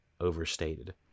overstated